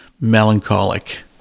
melancholic